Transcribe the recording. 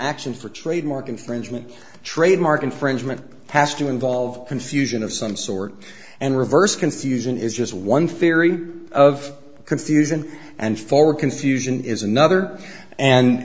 action for trademark infringement trademark infringement has to involve confusion of some sort and reverse confusion is just one theory of confusion and forward confusion is another and